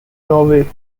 norway